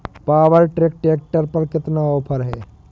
Power track tractor पर कितना offer है?